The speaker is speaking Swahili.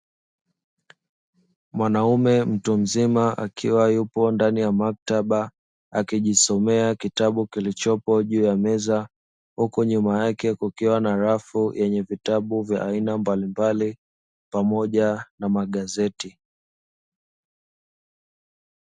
Mwanaume mtu mzima akiwa yupo ndani ya maktaba akijisomea kitabu kilichopo juu ya meza, huku nyuma yake kukiwa na rafu yenye vitabu vya aina mbalimbali pamoja na magazeti.